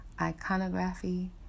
iconography